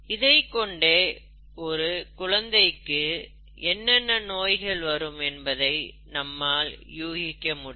இதைக் கொண்டே ஒரு குழந்தைக்கு என்னென்ன நோய்கள் வரும் என்பதை நம்மால் யூகிக்க முடியும்